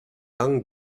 yang